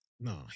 no